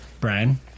Brian